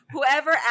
Whoever